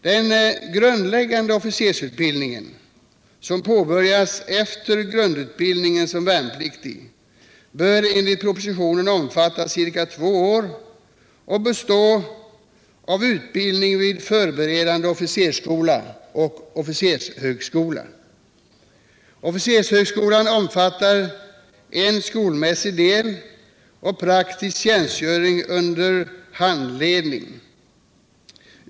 Den grundläggande officersutbildningen — som påbörjas efter grundutbildningen som värnpliktig — bör enligt propositionen omfatta ca 2 år och bestå av utbildning vid förberedande officersskola och officershögskola. Officershögskolan omfattar en skolmässig del och praktisk tjänstgöring under handledning.